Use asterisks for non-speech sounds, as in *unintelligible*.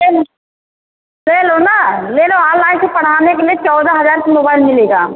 *unintelligible* ले लो ना ले लो ऑनलाइन से पढ़ाने के लिए चौदह हज़ार का मोबाइल मिलेगा